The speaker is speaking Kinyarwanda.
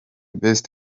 best